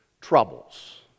troubles